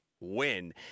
win